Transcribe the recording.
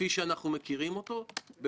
כדי שלא תהיה סיטואציה שהוא ישמש לניגוח פוליטי,